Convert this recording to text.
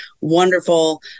wonderful